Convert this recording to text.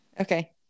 Okay